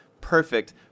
Perfect